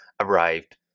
arrived